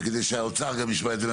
כדי שגם האוצר ישמע את זה.